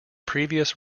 previous